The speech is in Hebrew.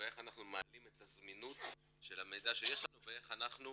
ואיך אנחנו מעלים את הזמינות של המידע שיש לנו ואיך אנחנו